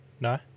No